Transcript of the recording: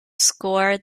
score